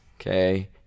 okay